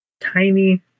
tiny